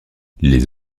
les